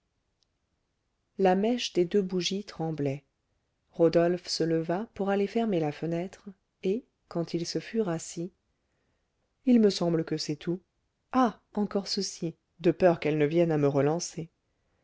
la mèche des deux bougies tremblait rodolphe se leva pour aller fermer la fenêtre et quand il se fut rassis il me semble que c'est tout ah encore ceci de peur qu'elle ne vienne à me relancer